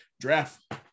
draft